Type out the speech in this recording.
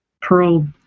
pearl